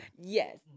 Yes